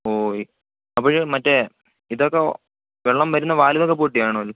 ഓയ് അപ്പോള് മറ്റേ ഇതൊക്കെ വെള്ളം വരുന്ന വാല്വൊക്കെ പൊട്ടിയാണോ